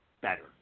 better